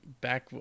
back